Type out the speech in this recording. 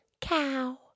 Cow